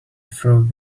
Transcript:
through